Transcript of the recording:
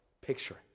picture